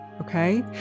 Okay